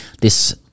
this-